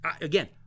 again